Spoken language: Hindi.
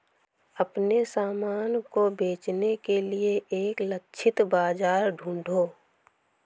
अपने सामान को बेचने के लिए एक लक्षित बाजार ढूंढो